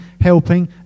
helping